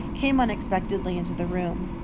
came unexpectedly into the room.